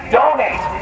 donate